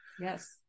Yes